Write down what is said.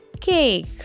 Cake